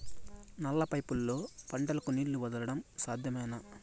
నల్ల పైపుల్లో పంటలకు నీళ్లు వదలడం సాధ్యమేనా?